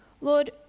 Lord